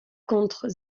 contre